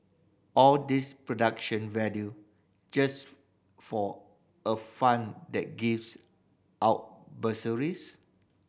all this production value just for a fund that gives out bursaries